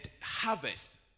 harvest